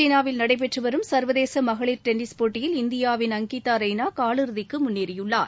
சீனாவில் நடைபெற்று வரும் சர்வதேச மகளிர் டென்னிஸ் போட்டியில் இந்தியாவின் அங்கிதா ரெய்னா காலிறுதிக்கு முன்னேறியுள்ளார்